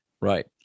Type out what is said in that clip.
Right